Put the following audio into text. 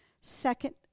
Second